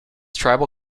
tribal